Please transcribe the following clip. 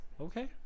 okay